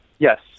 Yes